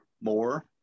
more